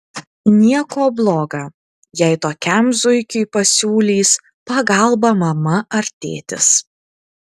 nieko bloga jei tokiam zuikiui pasiūlys pagalbą mama ar tėtis